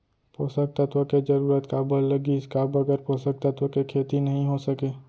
पोसक तत्व के जरूरत काबर लगिस, का बगैर पोसक तत्व के खेती नही हो सके?